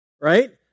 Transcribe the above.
right